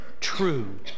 True